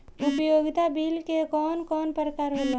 उपयोगिता बिल के कवन कवन प्रकार होला?